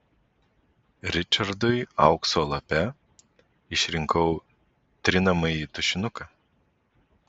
ričardui aukso lape išrinkau trinamąjį tušinuką